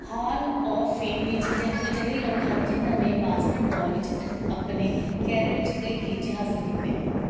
hall of fame ਵਿੱਚ ਜਾ ਅਜਿਹੇ ਲੋਕ ਹਨ ਜਿਨ੍ਹਾਂ ਨੇ ਬਾਸਕਟਬੋਲ ਵਿੱਚ ਅਜ ਆਪਨੇ ਕੈਰੀਅਰ ਵਿੱਚ ਕਈ ਟੀਚੇ ਹਾਸਲ ਕੀਤੇ ਹਨ